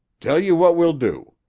tell you what we'll do.